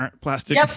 plastic